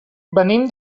venim